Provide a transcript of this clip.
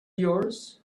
yours